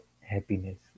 happiness